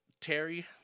Terry